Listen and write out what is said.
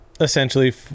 Essentially